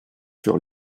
sur